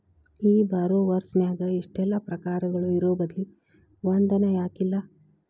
ಈ ಬಾರೊವರ್ಸ್ ನ್ಯಾಗ ಇಷ್ಟೆಲಾ ಪ್ರಕಾರಗಳು ಇರೊಬದ್ಲಿ ಒಂದನ ಯಾಕಿಲ್ಲಾ?